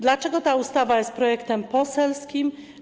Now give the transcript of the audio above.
Dlaczego ta ustawa jest projektem poselskim?